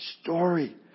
story